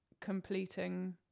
completing